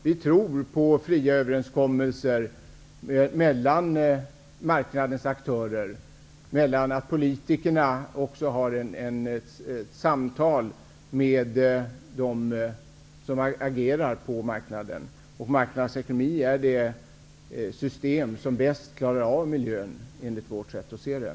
Vi tror på fria överenskommelser mellan marknadens aktörer och att politikerna också för ett samtal med dem som agerar på marknaden. Marknadsekonomi är det system som bäst klarar av miljön, enligt vårt sätt att se det.